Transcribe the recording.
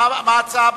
תודה רבה.